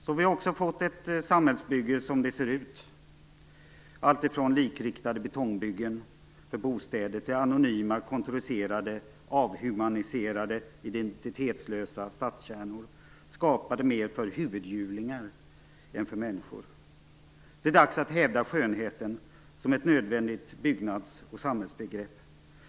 Så har vi också fått ett samhällsbygge som det ser ut, alltifrån likriktade betongbyggen för bostäder till anonyma och kontoriserade, avhumaniserade, identitetsslösa stadskärnor, skapade mer för "huvudhjulingar" än för människor. Det är dags att hävda skönheten som ett nödvändigt byggnads och samhällsbegrepp.